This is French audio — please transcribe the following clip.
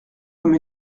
comme